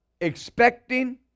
expecting